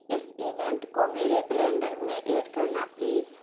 اس event کو میرے calendar میں ایڈ کرنا پلیز